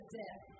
death